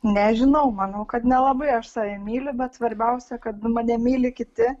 nežinau manau kad nelabai aš save myliu bet svarbiausia kad mane myli kiti